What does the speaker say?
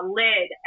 lid